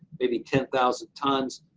maybe ten thousand tons,